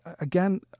again